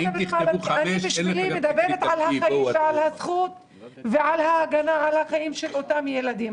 אני מדברת על ההגנה על חייהם של אותם ילדים,